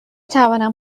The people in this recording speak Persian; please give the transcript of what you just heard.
توانم